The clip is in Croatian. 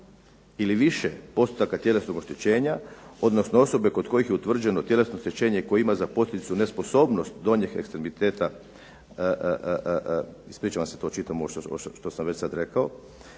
ili više postotaka tjelesnog oštećenje, odnosno osobe kod kojih je utvrđeno tjelesno oštećenje koje ima za posljedicu nesposobnost donjih ekstremiteta, ispričavam se to čitam što sam već sada rekao,